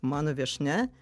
mano viešnia